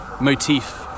motif